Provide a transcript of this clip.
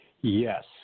Yes